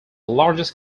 largest